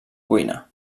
cuina